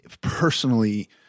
personally